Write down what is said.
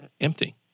empty